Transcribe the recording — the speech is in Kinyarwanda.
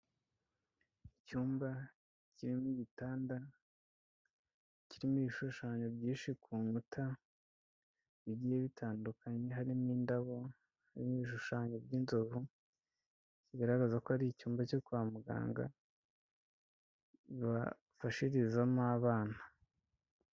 Icyumba kirimo igitanda, kirimo ibishushanyo byinshi ku nkuta bigiye bitandukanye, harimo indabo harimo ibishushanyo by'inzovu zigaragaza ko ari icyumba cyo kwa muganga bafashirizamo abana.